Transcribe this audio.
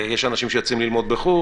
יש אנשים שיוצאים ללמוד בחו"ל,